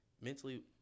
mentally